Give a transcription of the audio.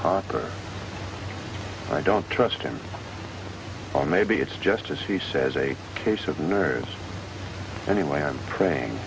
or i don't trust him on maybe it's just as he says a case of nerves anyway i'm praying